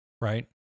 right